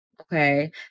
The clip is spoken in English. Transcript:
okay